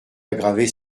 aggravé